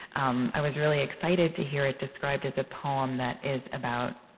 um i was really excited to hear it described as a poem that is about